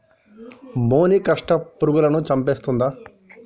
మొనిక్రప్టస్ పురుగులను చంపేస్తుందా?